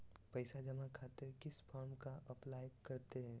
पैसा जमा खातिर किस फॉर्म का अप्लाई करते हैं?